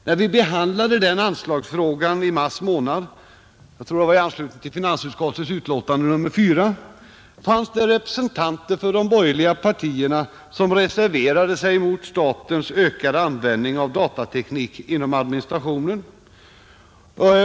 När vi behandlade den anslagsfrågan i mars månad — jag tror det var i anslutning till finansutskottets betänkande nr 4 — fanns det representanter för de borgerliga partierna som reserverade sig mot statens ökade användning av datateknik inom administrationen.